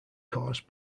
caused